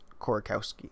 Korakowski